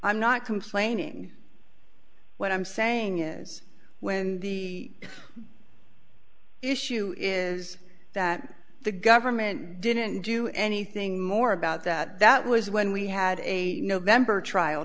i'm not complaining what i'm saying is when the issue is that the government didn't do anything more about that that was when we had a november trial